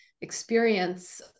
experience